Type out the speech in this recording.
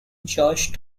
george